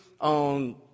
on